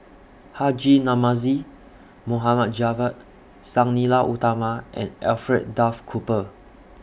Haji Namazie Mohd Javad Sang Nila Utama and Alfred Duff Cooper